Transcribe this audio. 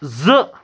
زٕ